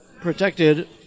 protected